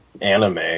anime